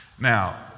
Now